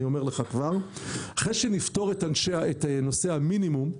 אחרי שנפתור את נושא המינימום,